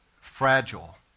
fragile